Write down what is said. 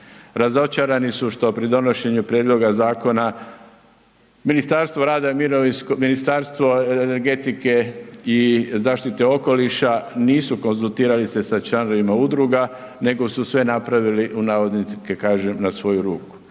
zakona Ministarstvo rada i mirovinskog, Ministarstvo energetike i zaštite okoliša nisu konzultirali se sa članovima udruga nego su sve napravili, u navodnike